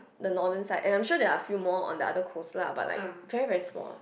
the northern side and I'm sure there a few more on the other coast lah but like very very small